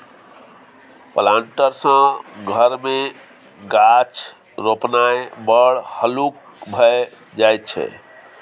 planter सँ घर मे गाछ रोपणाय बड़ हल्लुक भए जाइत छै